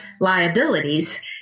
liabilities